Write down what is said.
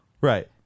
Right